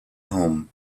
home